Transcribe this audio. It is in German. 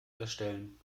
erstellen